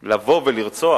לבוא ולרצוח